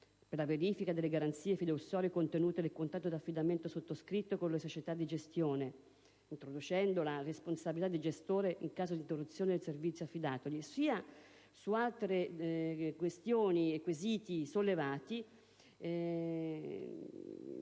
per la verifica delle garanzie fideiussorie contenute nel contratto di affidamento sottoscritto con le società di gestione, introducendo la responsabilità del gestore in caso di interruzione del servizio affidatogli, sia su altre questioni e quesiti sollevati